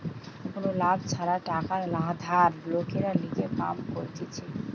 কোনো লাভ ছাড়া টাকা ধার লোকের লিগে কাম করতিছে